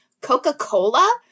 Coca-Cola